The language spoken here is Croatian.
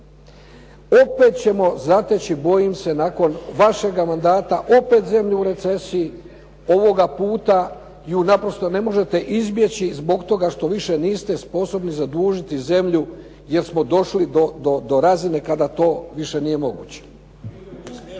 Opet ćemo zateći bojim se nakon vašega mandata, opet zemlju u recesiji, ovoga puta ju naprosto ne možete izbjeći zbog toga što više niste sposobni zadužiti zemlju, jer smo došli do razine kada to više nije moguće.